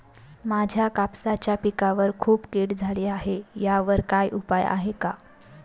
माझ्या कापसाच्या पिकावर खूप कीड झाली आहे यावर काय उपाय आहे का?